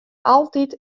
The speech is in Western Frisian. altyd